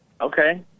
Okay